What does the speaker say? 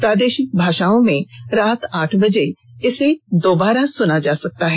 प्रादेशिक भाषाओं में रात आठ बजे इर्स दोबारा सुना जा सकता है